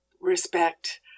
respect